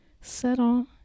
settle